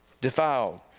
defiled